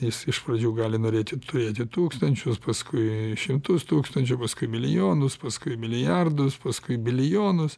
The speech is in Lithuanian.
jis iš pradžių gali norėti turėti tūkstančius paskui šimtus tūkstančių paskui milijonus paskui milijardus paskui bilijonus